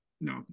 No